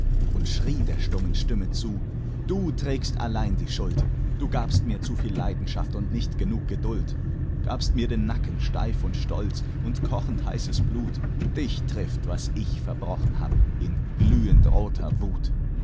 und schrie der stummen stimme zu du trägst allein die schuld du gabst mir zu viel leidenschaft und nicht genug geduld gabst mir den nacken steif und stolz und kochendheißes blut dich trifft was ich verbrochen hab in glühendroter wut